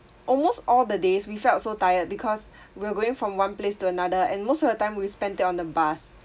almost all the days we felt so tired because we're going from one place to another and most of the time we spent it on the bus